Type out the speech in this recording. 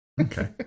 Okay